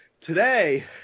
today